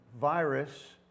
virus